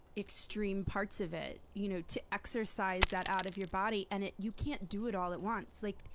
extreme parts of it, you know to exorcise that out of your body and it you can't do it all at once. like,